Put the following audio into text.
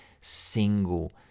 single